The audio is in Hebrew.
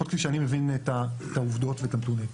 לפחות כפי שאני מבין את העובדות ואת הנתונים.